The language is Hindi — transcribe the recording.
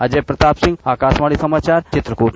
अजय प्रताप सिंह आकाशवाणी समाचार चित्रकूट